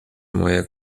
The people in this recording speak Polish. moja